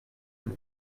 mon